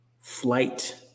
flight